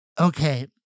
Okay